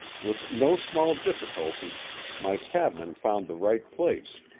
with no small difficulty my cabman found the right place,